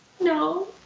No